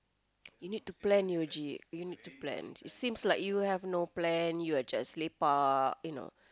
you need to plan Yuji you need to plan seems like you have no plan you are just lepak you know